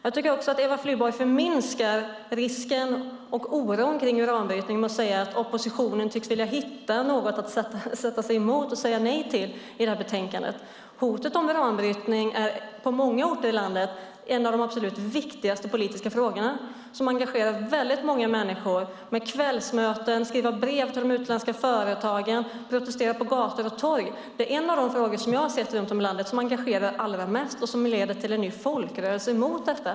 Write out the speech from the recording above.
Jag tycker också att Eva Flyborg förminskar risken och oron kring uranbrytning genom att säga att oppositionen tycks vilja hitta något att sätta sig emot och säga nej till i detta betänkande. Hotet om uranbrytning är på många orter i landet en av de absolut viktigaste politiska frågorna som engagerar väldigt många människor. Man har kvällsmöten, skriver brev till de utländska företagen och protesterar på gator och torg. Jag ser att det är en av de frågor som engagerar allra mest runt om i landet och som leder till en ny folkrörelse emot detta.